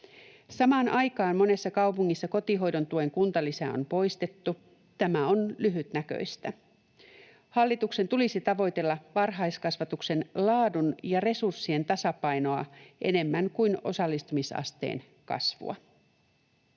Samaan aikaan monessa kaupungissa kotihoidontuen kuntalisä on poistettu. Tämä on lyhytnäköistä. Hallituksen tulisi tavoitella varhaiskasvatuksen laadun ja resurssien tasapainoa enemmän kuin osallistumisasteen kasvua.